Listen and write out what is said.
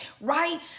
right